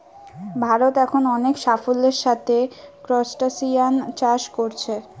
ভারত এখন অনেক সাফল্যের সাথে ক্রস্টাসিআন চাষ কোরছে